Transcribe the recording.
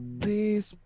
please